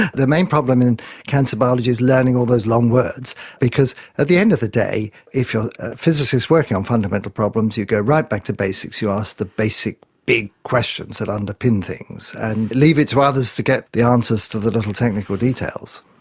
the the main problem in cancer biology is learning all those long words because at the end of the day if you are a physicist working on fundamental problems you go right back to basics, you ask the basic big questions that underpin things and leave it to others to get the answers to the little technical details.